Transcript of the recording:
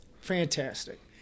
Fantastic